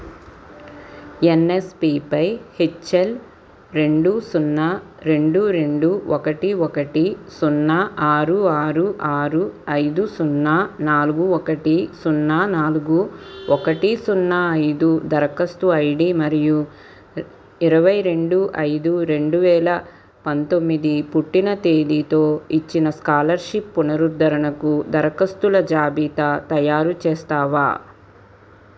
యన్యస్పిపై హెచ్యల్ రెండు సున్నా రెండు రెండు ఒకటి ఒకటి సున్నా ఆరు ఆరు ఆరు ఐదు సున్నా నాలుగు ఒకటి సున్నా నాలుగు ఒకటి సున్నా ఐదు దరఖాస్తు ఐడి మరియు ఇరవై రెండు ఐదు రెండు వేల పంతొమ్మిది పుట్టిన తేదీతో ఇచ్చిన స్కాలర్షిప్ పునరుద్ధరణకు దరఖాస్తుల జాబితా తయారుచేస్తావా